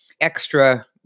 extra